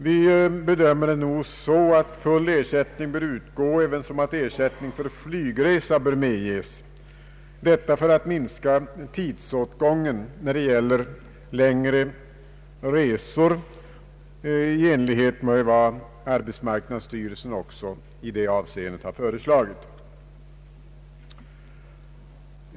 Vi bedömer det nog så att full ersättning bör utgå samt att ersättning för flygresa bör medges, detta för att minska tidsåtgången när det gäller längre resor, i enlighet med vad arbetsmarknadsstyrelsen har föreslagit.